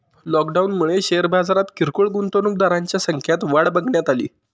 लॉकडाऊनमुळे शेअर बाजारात किरकोळ गुंतवणूकदारांच्या संख्यात वाढ बघण्यात अली